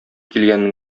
килгәнен